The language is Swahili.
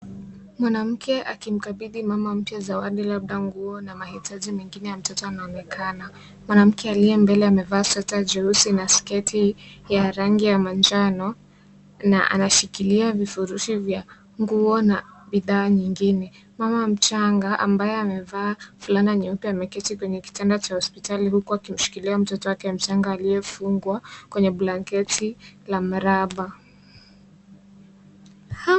Mwanamke akimkabidhi mama mpya zawadi, labda nguo na mahitaji mengine ya mtoto anaonekana. Mwanamke aliyembele amevaa sweta jeusi na sketi ya rangi ya manjano na anashikilia vifurushi vya nguo na bidhaa nyingine. Mama mchanga, ambaye amevaa fulana nyeupe ameketi kwenye kitanda cha hospitali huku akimshikilia mtoto wake mchanga aliyefungwa kwenye blanketi la miraba.